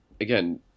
Again